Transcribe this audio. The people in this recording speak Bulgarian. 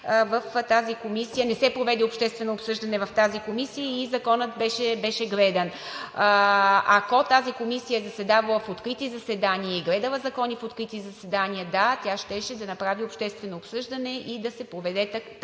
Затова не се проведе общественото обсъждане в тази комисия и Законът беше гледан. Ако тази комисия е заседавала в открити заседания и гледала закони в открити заседания – да, тя щеше да направи обществено обсъждане и да се проведе такова.